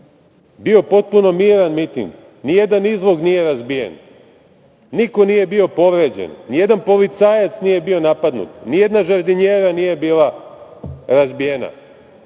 bio potpuno miran miting, nijedan izlog nije razbijen, niko nije bio povređen. Nijedan policajac nije bio napadnut, nijedna žardinjera nije bila razbijena.